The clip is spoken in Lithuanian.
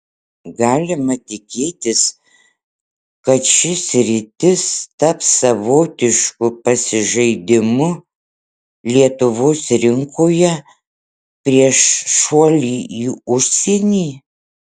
galima tikėtis kad ši sritis taps savotišku pasižaidimu lietuvos rinkoje prieš šuolį į užsienį